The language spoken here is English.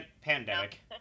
pandemic